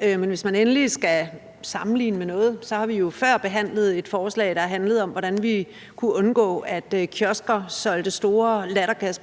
men hvis man endelig skal sammenligne med noget, har vi jo før behandlet et forslag, der handlede om, hvordan vi kunne undgå, at kiosker solgte store lattergaspatroner